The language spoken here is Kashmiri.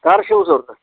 کَر چھِو ضروٗرت